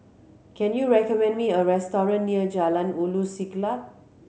can you recommend me a restaurant near Jalan Ulu Siglap